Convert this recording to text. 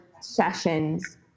sessions